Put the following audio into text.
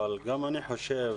אבל גם אני חושב